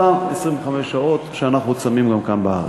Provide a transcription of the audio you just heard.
אותן 25 שעות שאנחנו צמים גם כאן בארץ.